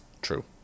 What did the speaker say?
true